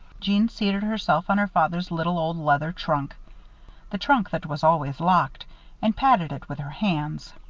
jeanne seated herself on her father's little old leather trunk the trunk that was always locked and patted it with her hands.